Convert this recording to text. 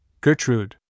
Gertrude